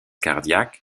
cardiaque